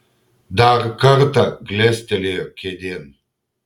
dar kartą klestelėjo kėdėn